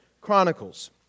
Chronicles